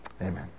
amen